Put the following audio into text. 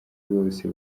bose